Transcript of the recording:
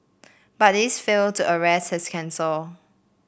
but these failed to arrest his cancer